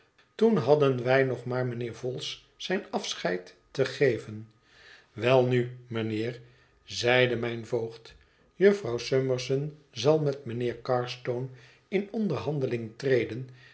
toen hadden wij nog maar mijnheer vholes zijn afscheid te geven welnu mijnheer zeide mijn voogd jufvrouw summerson zal met mijnheer carstone in onderhandeling treden